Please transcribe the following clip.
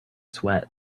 sweat